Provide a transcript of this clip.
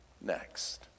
next